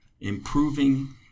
improving